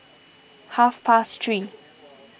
half past three